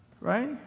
right